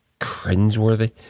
cringeworthy